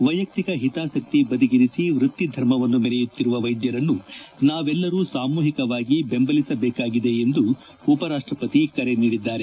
ವೈಯಕ್ತಿಕ ಹಿತಾಸಕ್ತಿ ಬದಿಗಿರಿಸಿ ವೃತ್ತಿ ಧರ್ಮವನ್ನು ಮೆರೆಯುತ್ತಿರುವ ವೈದ್ಯರನ್ನು ನಾವೆಲ್ಲರೂ ಸಾಮೂಹಿಕವಾಗಿ ಬೆಂಬಲಿಸಬೇಕಾಗಿದೆ ಎಂದು ಉಪರಾಷ್ಷಪತಿ ಕರೆ ನೀಡಿದ್ದಾರೆ